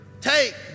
take